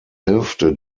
hälfte